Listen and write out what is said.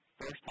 first